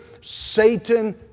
Satan